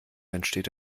entsteht